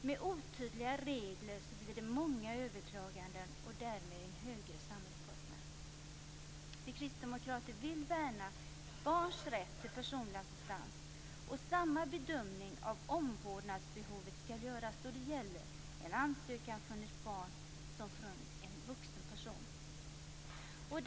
Med otydliga regler blir det många överklaganden och därmed en högre samhällskostnad. Vi kristdemokrater vill värna barns rätt till personlig assistans. Samma bedömning av omvårdnadsbehovet skall göras då det gäller en ansökan från ett barn som från en vuxen person.